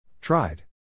tried